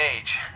age